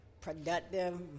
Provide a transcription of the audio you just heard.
productive